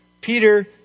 Peter